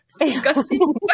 disgusting